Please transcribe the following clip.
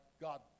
God